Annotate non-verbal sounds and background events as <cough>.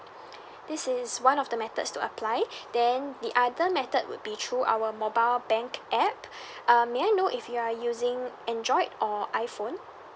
this is one of the methods to apply <breath> then the other method would be through our mobile bank app <breath> uh may I know if you're using android or iphone